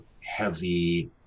heavy